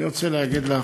אני רוצה להגיד לך,